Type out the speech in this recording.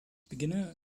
beginne